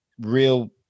real